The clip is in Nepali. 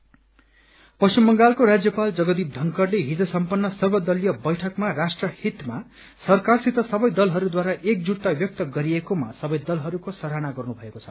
गवर्नर पश्चिम बंगालको राज्यपाल जगदिप धनखड़ते हिज सम्पत्र सर्वदलीय बैठकमा राष्ट्रहितमा सरकारसित सवै दलहरूद्वारा एकजूटता व्यक्त गरिएकोमा सबै दलहरूको सराहना गर्नुभएको छ